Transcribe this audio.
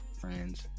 friends